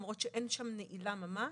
למרות שאין שם נעילה ממש.